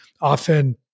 often